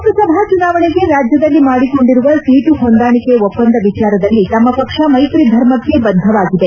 ಲೋಕಸಭಾ ಚುನಾವಣೆಗೆ ರಾಜ್ಯದಲ್ಲಿ ಮಾಡಿಕೊಂಡಿರುವ ಸೀಟು ಹೊಂದಾಣಿಕೆ ಒಪ್ಪಂದ ವಿಚಾರದಲ್ಲಿ ತಮ್ನ ಪಕ್ಷ ಮೈತ್ರಿ ಧರ್ಮಕ್ಕೆ ಬದ್ಧವಾಗಿದೆ